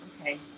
okay